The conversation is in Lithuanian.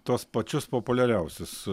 tuos pačius populiariausius